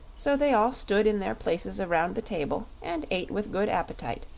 so they all stood in their places around the table and ate with good appetite,